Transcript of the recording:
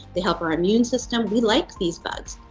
they help our immune system, we like these bugs.